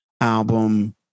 album